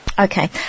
Okay